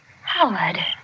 Howard